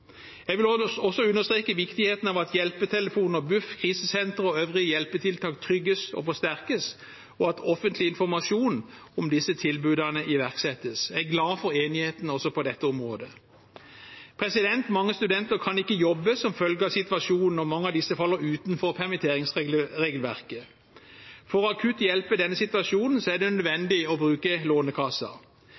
Jeg vil også understreke viktigheten av at hjelpetelefoner, BUF, krisesenter og øvrige hjelpetiltak trygges og forsterkes, og at offentlig informasjon om disse tilbudene iverksettes. Jeg er glad for enigheten også på dette området. Mange studenter kan ikke jobbe som følge av situasjonen, og mange av disse faller utenfor permitteringsregelverket. For akutt å avhjelpe denne situasjonen er det nødvendig å bruke